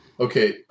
Okay